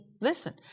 Listen